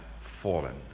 fallen